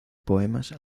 poemas